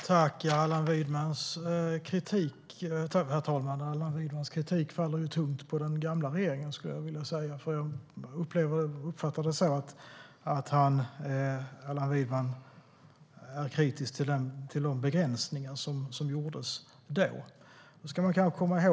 Herr talman! Allan Widmans kritik faller tungt på den gamla regeringen. Jag uppfattar det som att Allan Widman är kritisk till de begränsningar som gjordes då.